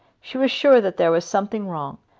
she was sure that there was something wrong.